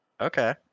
okay